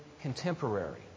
contemporary